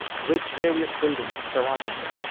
with various buildings surrounding them,